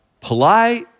polite